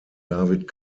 david